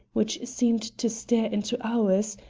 which seemed to stare into ours,